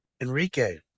Enrique